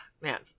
Man